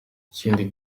ikindi